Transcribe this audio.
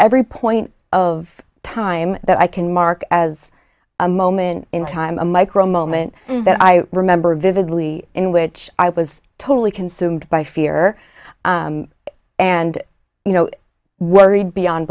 every point of time that i can mark as a moment in time a micro moment that i remember vividly in which i was totally consumed by fear and you know worried beyond